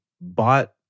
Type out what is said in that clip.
bought